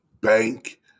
bank